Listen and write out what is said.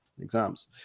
exams